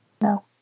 No